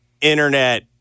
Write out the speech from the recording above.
internet